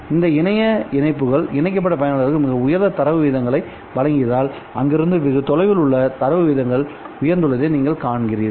இந்த இணைய இணைப்புகள் இணைக்கப்பட்ட பயனர்களுக்கு மிக உயர்ந்த தரவு விகிதங்களை வழங்கியதால் அங்கிருந்து வெகு தொலைவில் உள்ள தரவு விகிதங்கள் உயர்ந்துள்ளதை நீங்கள் காண்கிறீர்கள்